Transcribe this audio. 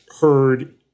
heard